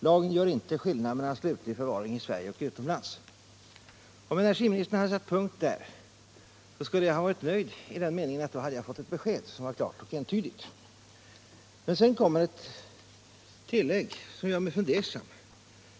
Lagen gör inte skillnad mellan slutlig förvaring i Sverige och utomlands.” Om energiministern hade satt punkt där, skulle jag ha varit nöjd i den meningen att jag då hade fått ett klart och entydigt besked. Men sedan kommer ett tillägg som gör mig fundersam.